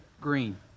Green